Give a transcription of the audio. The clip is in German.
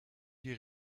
die